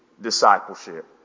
discipleship